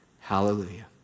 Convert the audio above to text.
hallelujah